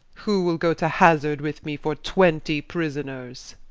who will goe to hazard with me for twentie prisoners?